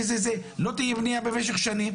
ולא תהיה בנייה במשך שנים.